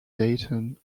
dayton